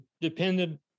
dependent